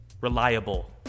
reliable